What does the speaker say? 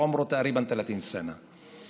בערך בן 30 שנה,